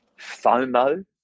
fomo